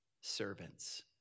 servants